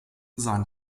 sein